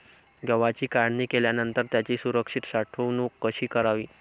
गव्हाची काढणी केल्यानंतर त्याची सुरक्षित साठवणूक कशी करावी?